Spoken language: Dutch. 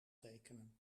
tekenen